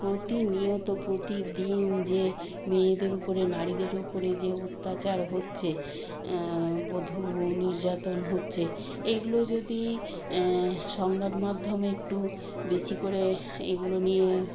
প্রতিনিয়ত প্রতিদিন যে মেয়েদের উপরে নারীদের ওপরে যে অত্যাচার হচ্ছে বধূ নির্যাতন হচ্ছে এগুলো যদি সংবাদমাধ্যমে একটু বেশি করে এগুলো নিয়ে